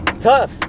tough